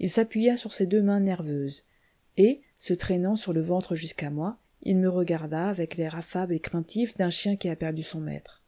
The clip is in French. il s'appuya sur ses deux mains nerveuses et se traînant sur le ventre jusqu'à moi il me regarda avec l'air affable et craintif d'un chien qui a perdu son maître